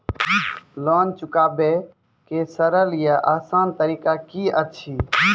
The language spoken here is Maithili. लोन चुकाबै के सरल या आसान तरीका की अछि?